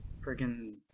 friggin